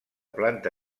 planta